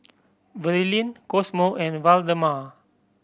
Verlyn Cosmo and Waldemar